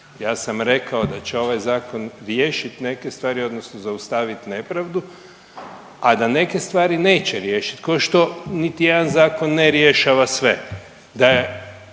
Ja sam rekao da će ovaj zakon riješit neke stvari odnosno zaustavit nepravdu, a da neke stvari neće riješit ko što niti jedan zakon ne rješava sve.